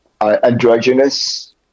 androgynous